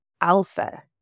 Alpha